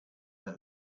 that